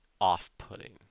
off-putting